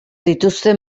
dituzte